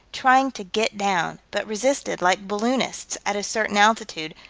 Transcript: trying to get down, but resisted, like balloonists, at a certain altitude,